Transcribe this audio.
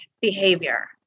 behavior